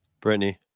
Brittany